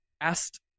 asked